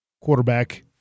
Quarterback